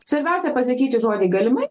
svarbiausia pasakyti žodį galimai